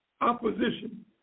opposition